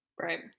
Right